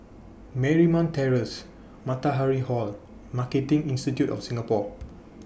Marymount Terrace Matahari Hall and Marketing Institute of Singapore